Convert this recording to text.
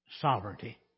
sovereignty